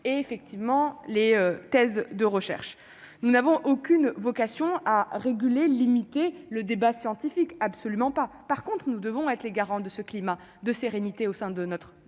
et effectivement les thèses de recherche, nous n'avons aucune vocation à réguler limiter le débat scientifique absolument pas, par contre, nous devons être les garants de ce climat de sérénité au sein de notre